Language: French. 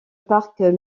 parc